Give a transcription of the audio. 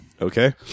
Okay